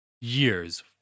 years